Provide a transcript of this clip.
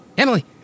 Emily